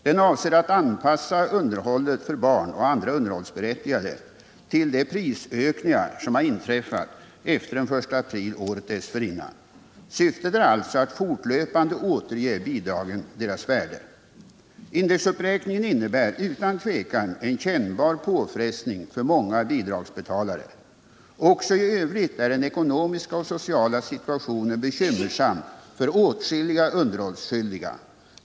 Den avser att anpassa underhållet för barn och andra underhållsberättigade till de prisökningar som har inträffat efter den 1 april året dessförinnan. Syftet är alltså att fortlöpande återge bidragen deras värde. Indexuppräkningen innebär utan tvivel en kännbar påfrestning för många bidragsbetalare. Också i övrigt är den ekonomiska och sociala situationen bekymmersam för åtskilliga underhållsskyldiga.